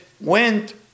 went